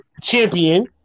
champion